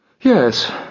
Yes